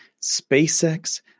SpaceX